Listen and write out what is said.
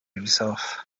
himself